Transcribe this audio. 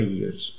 years